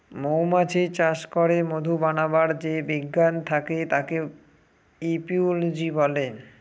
মৌমাছি চাষ করে মধু বানাবার যে বিজ্ঞান থাকে তাকে এপিওলোজি বলে